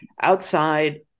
outside